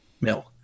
milk